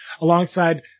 alongside